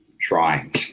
trying